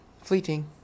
Fleeting